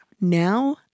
now